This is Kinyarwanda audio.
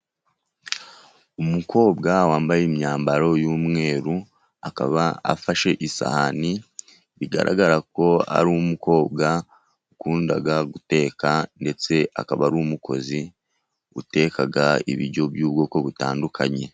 Umukobwa wambaye imyambaro y'umweru akaba afashe isahani bigaragara ko ari umukobwa wakundaga guteka ndetse akaba ari umukozi uteka ibiryo by'ubwoko butandukanye.